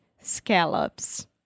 scallops